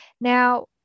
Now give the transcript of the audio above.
Now